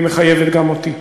והיא מחייבת גם אותי.